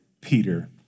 Peter